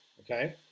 okay